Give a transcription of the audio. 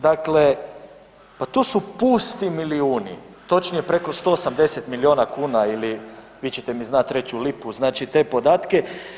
Dakle, pa tu su pusti milijuni, točnije preko 180 milina kuna ili vi ćete mi znači reći u lipu znači te podatke.